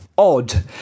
odd